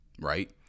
right